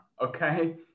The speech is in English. okay